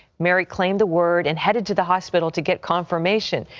mary claimed the word and headed to the hospital to get confirmation.